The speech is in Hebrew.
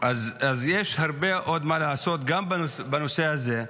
--- יש עוד הרבה מה לעשות גם בנושא הזה.